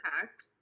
hacked